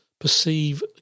perceive